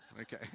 Okay